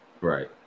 right